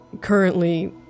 currently